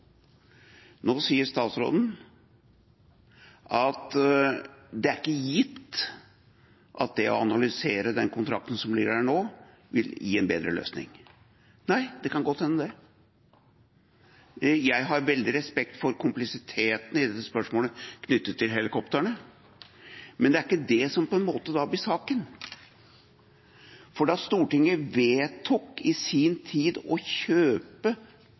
ikke gitt at det å analysere den kontrakten som foreligger nå, vil gi en bedre løsning. Nei, det kan godt hende det. Jeg har veldig stor respekt for kompleksiteten i spørsmålet knyttet til helikoptrene, men det er på en måte ikke det som blir saken, for da Stortinget i sin tid vedtok å kjøpe